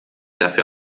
dafür